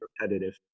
repetitive